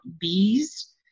bees